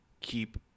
keep